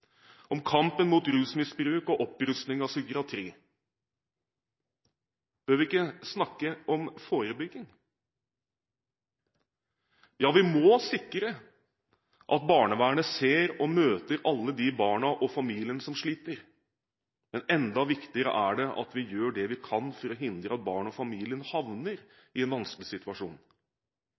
om kampen mot rusmisbruk og opprustning av psykiatrien? Bør vi ikke snakke om forebygging? Ja, vi må sikre at barnevernet ser og møter alle de barna og familiene som sliter, men enda viktigere er det at vi gjør det vi kan for å hindre at barn og familier havner i en vanskelig situasjon.